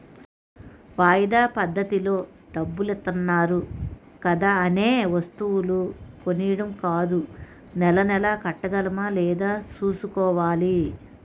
వాయిదా పద్దతిలో డబ్బులిత్తన్నారు కదా అనే వస్తువులు కొనీడం కాదూ నెలా నెలా కట్టగలమా లేదా సూసుకోవాలి